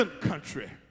country